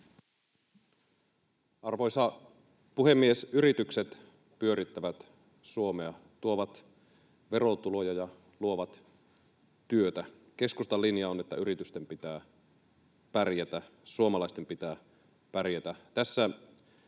Arvoisa puhemies! Yritykset pyörittävät Suomea, tuovat verotuloja ja luovat työtä. Keskustan linja on, että yritysten pitää pärjätä, suomalaisten pitää pärjätä.